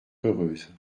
heureuse